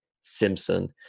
Simpson